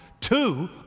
Two